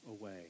away